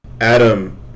Adam